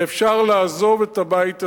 ואפשר לעזוב את הבית הזה.